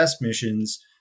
missions